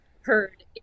heard